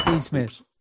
Smith